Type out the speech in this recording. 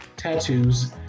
tattoos